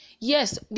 yes